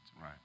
Right